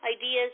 ideas